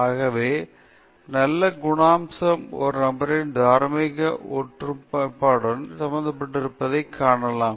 ஆகவே நல்ல குணாம்சம் ஒரு நபரின் தார்மீக ஒருமைப்பாடுடன் சம்பந்தப்பட்டிருப்பதைக் காணலாம்